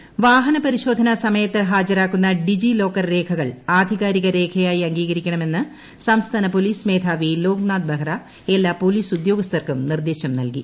ഡിജി locker വാഹനപരിശോധന സമയത്ത് ഹാജരാക്കുന്ന ഡിജി ലോക്കർ രേഖകൾ ആധികാരിക രേഖയായി അംഗീകരിക്കണമെന്ന് സംസ്ഥാന പോലീസ് മേധാവി ലോക്നാഥ് ബെഹ്റ എല്ലാ പോലീസ് ഉദ്യോഗസ്ഥർക്കും നിർദ്ദേശം നൽകി